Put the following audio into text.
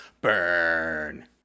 Burn